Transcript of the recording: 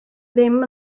ddim